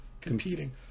Competing